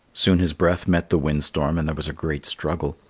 soon his breath met the wind-storm and there was a great struggle.